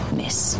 miss